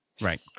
right